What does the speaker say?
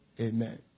Amen